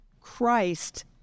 Christ